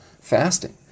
fasting